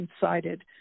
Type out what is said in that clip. cited